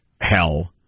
hell